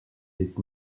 did